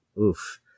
Oof